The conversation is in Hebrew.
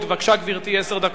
בבקשה, גברתי, עשר דקות.